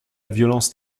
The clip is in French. violence